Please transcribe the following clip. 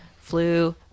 flu